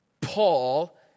Paul